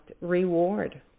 reward